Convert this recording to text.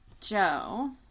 Joe